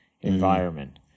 environment